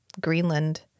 Greenland